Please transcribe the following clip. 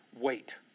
Wait